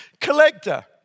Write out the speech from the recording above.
collector